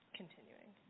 continuing